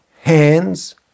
hands